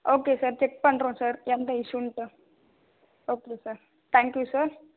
okay sir check பண்ணுறோம் sir எந்த இஷ்யூன்ட்டு okay sir thank you sir